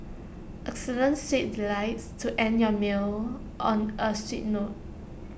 excellent seat delights to end your meals on A sweet note